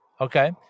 Okay